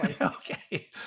Okay